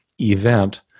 event